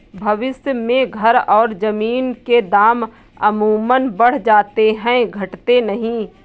भविष्य में घर और जमीन के दाम अमूमन बढ़ जाते हैं घटते नहीं